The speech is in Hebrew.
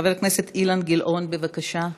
חבר הכנסת אילן גילאון, בבקשה.